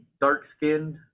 dark-skinned